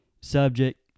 Subject